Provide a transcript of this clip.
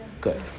Good